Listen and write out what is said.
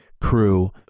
crew